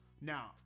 Now